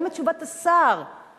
גם את תשובת השר שמענו.